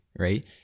right